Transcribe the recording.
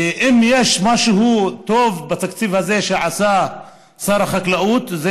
ואם יש משהו טוב בתקציב הזה שעשה שר החקלאות זה